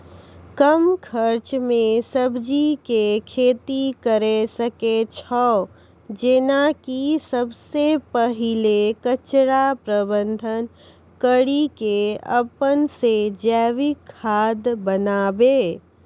कम खर्च मे सब्जी के खेती करै सकै छौ जेना कि सबसे पहिले कचरा प्रबंधन कड़ी के अपन से जैविक खाद बनाबे?